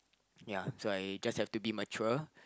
ya so I just have to be mature